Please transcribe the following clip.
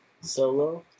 Solo